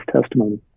testimony